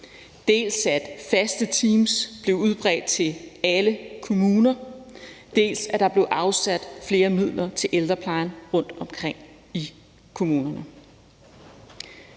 dels at faste teams blev udbredt til alle kommuner, dels at der blev afsat flere midler til ældreplejen rundtomkring i kommunerne.